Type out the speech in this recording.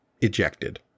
ejected